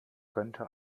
könnte